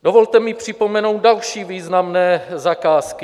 Dovolte mi připomenout další významné zakázky.